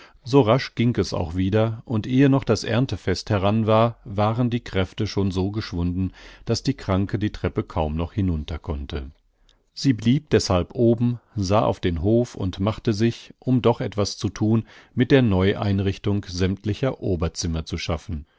so rasch ging es auch wieder und ehe noch das erntefest heran war waren die kräfte schon so geschwunden daß die kranke die treppe kaum noch hinunter konnte sie blieb deßhalb oben sah auf den hof und machte sich um doch etwas zu thun mit der neu einrichtung sämmtlicher oberzimmer zu schaffen